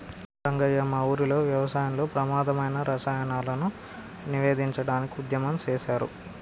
రంగయ్య మా ఊరిలో వ్యవసాయంలో ప్రమాధమైన రసాయనాలను నివేదించడానికి ఉద్యమం సేసారు